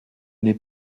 n’est